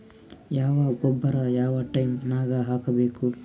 ಯಾವ ಗೊಬ್ಬರ ಯಾವ ಟೈಮ್ ನಾಗ ಹಾಕಬೇಕು?